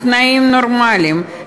תנאים נורמליים,